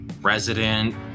resident